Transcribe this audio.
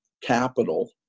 capital